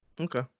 Okay